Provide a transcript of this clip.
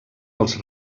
els